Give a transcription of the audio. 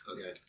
Okay